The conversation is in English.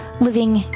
living